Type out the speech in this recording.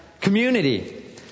Community